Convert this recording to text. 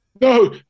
no